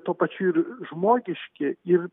tuo pačiu ir žmogiški ir